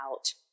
out